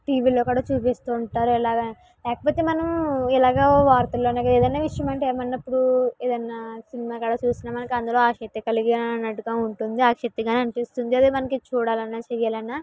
టీవీలలో కూడా చూపిస్తుంటారు ఇలా కాకపోతే మనం ఇలాగ వార్తలలో ఏదన్న విషయం ఏమనప్పుడు ఏదన్న సినిమా కానీ చూసిన అందులో మనకు ఆశక్తి కలిగి యా అన్నట్టుగా ఉంటుంది ఆశక్తిగా అనిపిస్తుంది అది మనకు చూడాలన్న చేయాలన్న